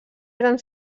eren